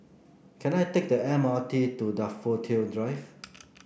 can I take the M R T to Daffodil Drive